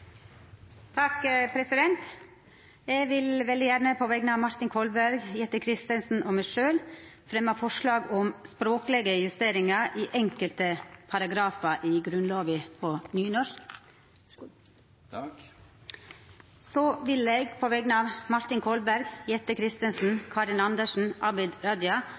to grunnlovsforslag. Eg vil veldig gjerne på vegner av representantane Martin Kolberg, Jette F. Christensen og meg sjølv fremja forslag om språklege justeringar i enkelte paragrafar i Grunnlova på nynorsk. Så vil eg på vegner av representantane Martin Kolberg, Jette F. Christensen, Karin Andersen, Abid Q. Raja